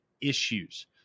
issues